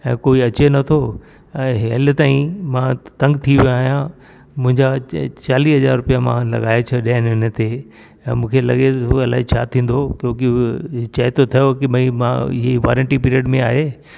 ऐं कोई अचे नथो ऐं हे हले ताईं मां तंग थी वयो आयां मुंहिंजा च चालीह हज़ार रुपिया मां लॻाए छॾिया इन इन ते ऐं मुखे लॻे कि अलाए छा थींदो क्योकि हे चए थो थो कि भई मां ही वारंटी पीरियड में आहे